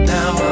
Now